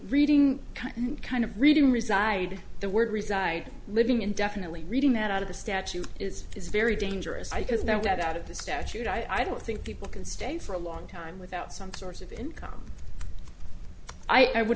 reading kind of reading reside the word reside living indefinitely reading that out of the statute is is very dangerous ideas that get out of the statute i don't think people can stay for a long time without some source of income i would